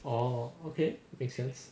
orh okay make sense